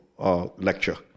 Lecture